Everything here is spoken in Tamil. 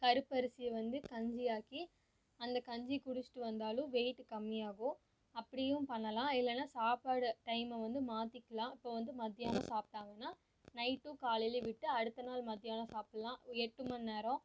கருப்பரிசி வந்து கஞ்சி ஆக்கி அந்த கஞ்சி குடிச்சிகிட்டு வந்தாலும் வெயிட் கம்மியாகும் அப்படியும் பண்ணலாம் இல்லைனா சாப்பாடு டைம்மை வந்து மாத்திக்கலாம் இப்போ வந்து மத்தியானம் சாப்பிட்டாங்கனா நைட்டும் காலையில விட்டு அடுத்த நாள் மத்தியானம் சாப்பிட்லாம் எட்டு மணிநேரோம்